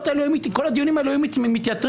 כל הדיונים האלה היו מתייתרים.